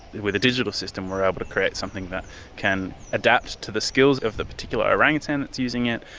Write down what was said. with a digital system we are able to create something that can adapt to the skills of the particular orangutan that is using it,